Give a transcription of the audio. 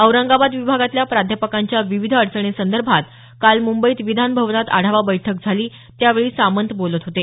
औरंगाबाद विभागातल्या प्राध्यापकांच्या विविध अडचणीसंदर्भात काल मुंबईत विधान भवनात आढावा बैठक झाली त्यावेळी सामंत बोलत होते